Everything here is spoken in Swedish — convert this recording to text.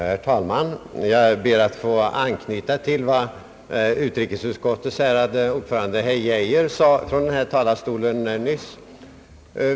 Herr talman! Jag ber att få anknyta till vad utrikesutskottets ärade ordförande herr Geijer nyss sade från denna talarstol.